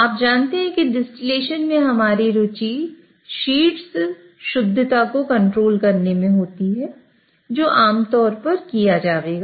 आप जानते हैं कि डिस्टलेशन में हमारी रुचि शीर्ष शुद्धता को कंट्रोल करने में होती है जो आमतौर पर किया जाएगा